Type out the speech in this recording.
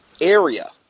area